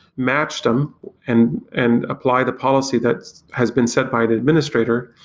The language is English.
match them and and apply the policy that has been set by the administrator,